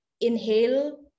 inhale